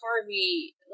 Harvey